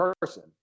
person